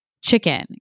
chicken